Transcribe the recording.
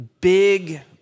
big